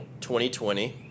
2020